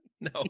No